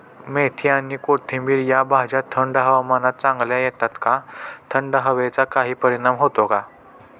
मेथी आणि कोथिंबिर या भाज्या थंड हवामानात चांगल्या येतात का? थंड हवेचा काही परिणाम होतो का?